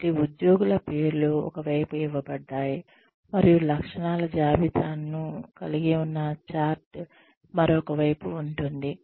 కాబట్టి ఉద్యోగుల పేర్లు ఒక వైపు ఇవ్వబడ్డాయి మరియు లక్షణాల జాబితాను కలిగి ఉన్న చార్ట్ మరొక వైపు ఉంటుంది